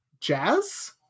jazz